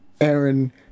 Aaron